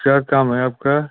क्या काम है आपका